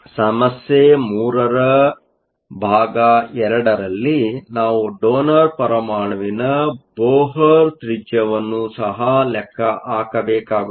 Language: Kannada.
ಸಮಸ್ಯೆ 3 ರ ಭಾಗ 2 ರಲ್ಲಿ ನಾವು ಡೋನರ್ ಪರಮಾಣುವಿನ ಬೊಹ್ರ್ ತ್ರಿಜ್ಯವನ್ನು ಸಹ ಲೆಕ್ಕ ಹಾಕಬೇಕಾಗುತ್ತದೆ